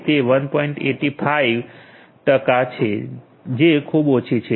85 એક દશમલવ પંચાસી ટકા છે જે ખૂબ ઓછી છે